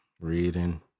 Reading